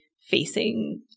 facing